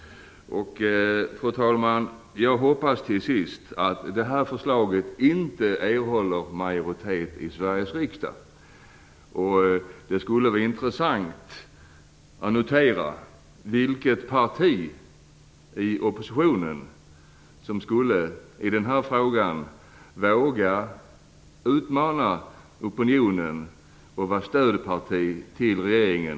Till sist, fru talman, hoppas jag att det här förslaget inte erhåller majoritet i Sveriges riksdag. Det skulle vara intressant att notera vilket parti i oppositionen som i den här frågan skulle våga utmana opinionen och vara stödparti till regeringen.